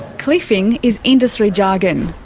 cliffing is industry jargon.